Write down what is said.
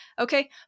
Okay